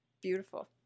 Beautiful